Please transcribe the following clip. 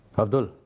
abdul,